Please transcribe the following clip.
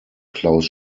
claus